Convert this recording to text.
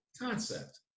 concept